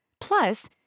plus